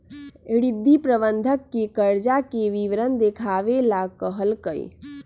रिद्धि प्रबंधक के कर्जा के विवरण देखावे ला कहलकई